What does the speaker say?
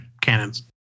cannons